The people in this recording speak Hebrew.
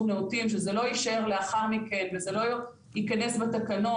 נאותים שזה לא יישאר לאחר מכן וזה ייכנס בתקנות,